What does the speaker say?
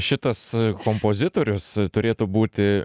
šitas kompozitorius turėtų būti